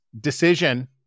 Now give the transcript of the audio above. decision